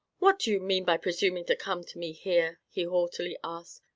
what do you mean by presuming to come to me here? he haughtily asked.